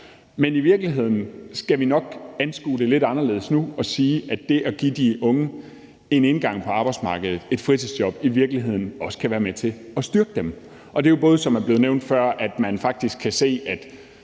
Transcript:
Men i virkeligheden skal vi nok anskue det lidt anderledes nu og sige, at det at give de unge en indgang på arbejdsmarkedet, et fritidsjob, i virkeligheden også kan være med til at styrke dem. Det gælder både, som det er blevet nævnt før, at man faktisk kan se, at